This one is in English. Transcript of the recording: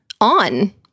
on